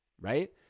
right